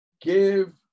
give